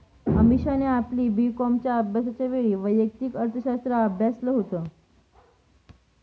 अमीषाने आपली बी कॉमच्या अभ्यासाच्या वेळी वैयक्तिक अर्थशास्त्र अभ्यासाल होत